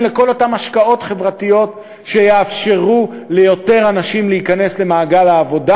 לכל אותן השקעות חברתיות שיאפשרו ליותר אנשים להיכנס למעגל העבודה,